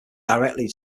directly